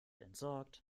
entsorgt